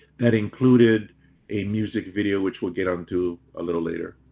that included a music video which we'll get on to a little later.